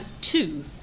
two